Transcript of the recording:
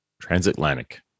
Transatlantic